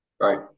Right